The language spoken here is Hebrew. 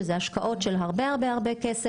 מדובר בהשקעות של הרבה כסף,